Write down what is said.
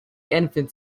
infant